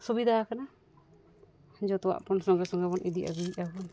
ᱥᱩᱵᱤᱫᱷᱟ ᱟᱠᱟᱱᱟ ᱡᱚᱛᱚᱣᱟᱜ ᱵᱚᱱ ᱥᱚᱸᱜᱮ ᱥᱚᱸᱜᱮ ᱵᱚᱱ ᱤᱫᱤᱼᱟᱹᱜᱩᱭᱮᱫᱟ ᱵᱚᱱ